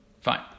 Fine